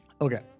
Okay